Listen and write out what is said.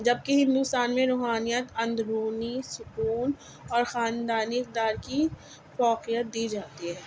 جبکہ ہندوستان میں روحانیت اندرونی سکون اور خاندانی اقدار کی فوقیت دی جاتی ہے